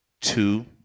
two